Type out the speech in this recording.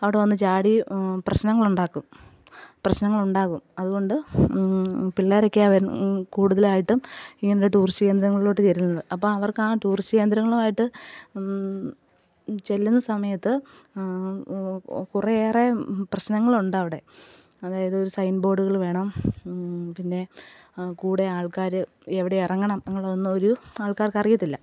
അവിടെ വന്നു ചാടി പ്രശ്നങ്ങൾ ഉണ്ടാക്കും പ്രശ്നങ്ങൾ ഉണ്ടാകും അതുകൊണ്ട് പിള്ളേരൊക്കെ വരും കൂടുതലായിട്ടും ഇങ്ങനെയുള്ള ടൂറിസ്റ്റ് കേന്ദ്രങ്ങളിലോട്ട് വരുന്നത് അപ്പോൾ അവർക്ക് ആ ടൂറിസ്റ്റ് കേന്ദ്രങ്ങളുമായിട്ട് ചെല്ലുന്ന സമയത്ത് കുറെയേറെ പ്രശ്നങ്ങളുണ്ട് അവിടെ അതായത് ഒരു സൈൻ ബോഡുകൾ വേണം പിന്നെ കൂടെ ആൾക്കാർ എവിടെ ഇറങ്ങണം എന്നുള്ള ഒരു ആൾക്കാർക്ക് അറിയത്തില്ല